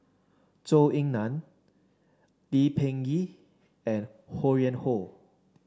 Zhou Ying Nan Lee Peh Gee and Ho Yuen Hoe